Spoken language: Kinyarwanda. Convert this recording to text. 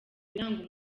biranga